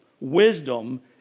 Wisdom